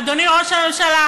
אדוני ראש הממשלה,